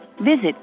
Visit